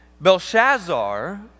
Belshazzar